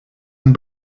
and